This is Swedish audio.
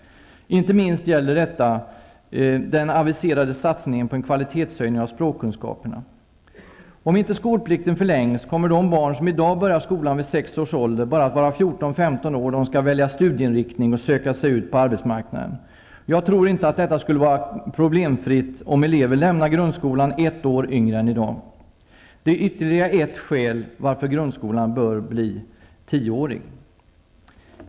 Inte minst gäller detta den aviserade satsningen på en kvalitetshöjning av språkkunskaperna. Om inte skolplikten förlängs kommer de barn som i dag börjar skolan vid sex års ålder att vara bara 14--15 år då de skall välja studieinriktning eller söka sig ut på arbetsmarknaden. Jag tror inte att det skulle vara problemfritt om elever lämnade grundskolan ett år yngre än i dag. Det är ytterligare ett skäl till att grundskolan bör bli 10-årig.